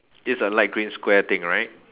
it's a light green square thing right